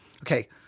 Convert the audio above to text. Okay